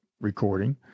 recording